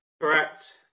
Correct